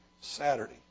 Saturday